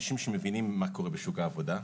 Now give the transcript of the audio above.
אנשים שמבינים מה קורה בשוק העבודה,